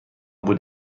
بود